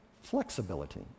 flexibility